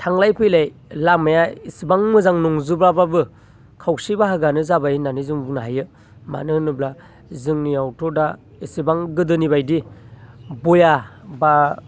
थांलाय फैलाय लामाया एसेबां मोजां नंजोबाबाबो खावसे बाहागोआनो जाबाय होनानै जों बुंनो हायो मानो होनोब्ला जोंनियावथ' दा एसेबां गोदोनि बायदि बेया बा